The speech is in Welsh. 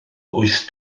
wyth